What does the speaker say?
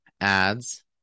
ads